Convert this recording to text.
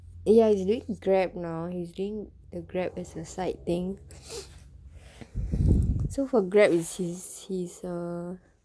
ya he's doing grab now he's doing the grab as a side thing so for grab is his his err